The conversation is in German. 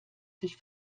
sich